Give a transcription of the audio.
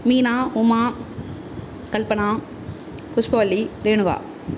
Meena Uma Kalpana Pushpavalli Renuka